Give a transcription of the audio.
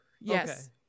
Yes